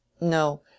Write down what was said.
No